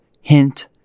Hint